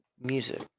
music